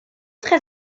très